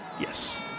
Yes